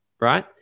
right